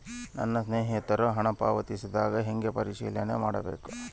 ನನ್ನ ಸ್ನೇಹಿತರು ಹಣ ಪಾವತಿಸಿದಾಗ ಹೆಂಗ ಪರಿಶೇಲನೆ ಮಾಡಬೇಕು?